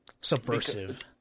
Subversive